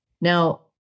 Now